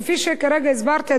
כפי שכרגע הסברתי,